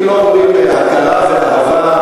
חיבוקים לא אומרים הכרה ואהבה,